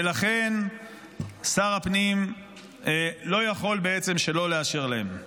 ולכן שר הפנים לא יכול שלא לאשר להם.